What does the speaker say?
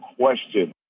question